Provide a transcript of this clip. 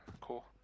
Cool